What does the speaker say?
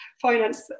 finance